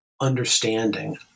understanding